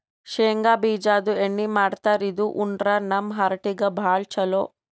ಶೇಂಗಾ ಬಿಜಾದು ಎಣ್ಣಿ ಮಾಡ್ತಾರ್ ಇದು ಉಂಡ್ರ ನಮ್ ಹಾರ್ಟಿಗ್ ಭಾಳ್ ಛಲೋ